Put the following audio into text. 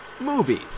movies